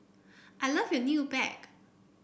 I love your new bag